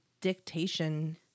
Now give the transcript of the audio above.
Dictation